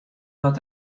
wat